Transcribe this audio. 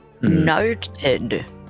Noted